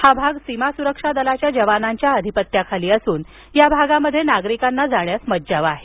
हा भाग सीमा सुरक्षा दलाच्या जवानांच्या अधिपत्याखाली असून या भागात नागरिकांना जाण्यास मज्जाव आहे